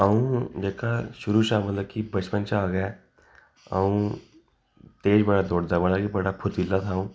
अ'ऊ जेह्का शुरू शा मतलब कि बचपन शा गै अ'ऊं तेज बड़ा दौड़दा बड़ा बड़ा फुरतीला था अ'ऊं